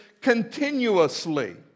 continuously